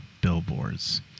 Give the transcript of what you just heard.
billboards